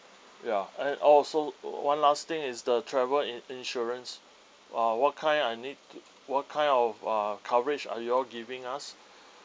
ya and also one last thing is the travel in~ insurance uh what kind I need what kind of uh coverage are you all giving us